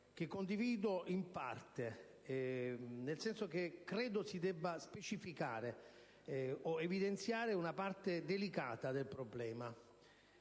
che condivido in parte. Infatti, credo si debba specificare, o evidenziare, una parte delicata del problema.